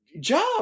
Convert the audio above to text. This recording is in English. job